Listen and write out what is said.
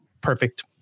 perfect